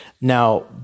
Now